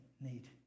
need